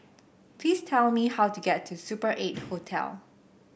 please tell me how to get to Super Eight Hotel